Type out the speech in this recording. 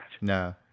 no